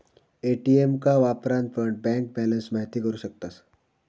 ATM का वापरान पण बँक बॅलंस महिती करू शकतास